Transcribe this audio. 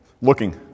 looking